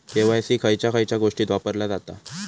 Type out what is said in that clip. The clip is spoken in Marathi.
के.वाय.सी खयच्या खयच्या गोष्टीत वापरला जाता?